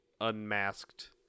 unmasked